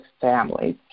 families